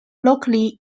locally